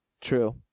True